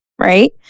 right